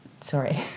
sorry